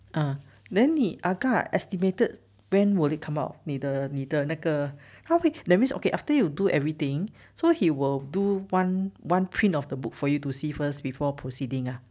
ah then 你 agak estimated when will it come out 你的你的那个他会 that means okay after you do everything so he will do one one print of the book for you to see first before proceeding ah